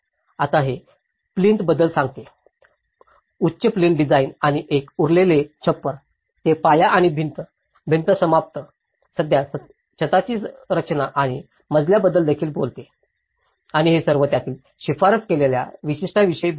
आता हे प्लिथ बद्दल सांगते उंच प्लिंथ डिझाइन आणि एक उतारलेली छप्पर ते पाया आणि भिंत भिंत समाप्त साध्या छताची रचना आणि मजल्याबद्दल देखील बोलते आणि हे सर्व त्यातील शिफारस केलेल्या वैशिष्ट्यांविषयी बोलत आहे